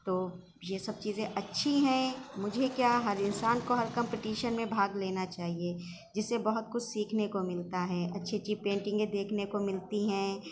تو یہ سب چیزیں اچھی ہیں مجھے کیا ہر انسان کو ہر کمپٹیشن میں بھاگ لینا چاہئے جس سے بہت کچھ سیکھنے کو ملتا ہے اچھی اچھی پینٹگیں دیکھنے کو ملتی ہیں